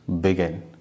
begin